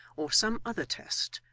or some other test,